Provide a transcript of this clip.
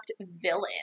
villain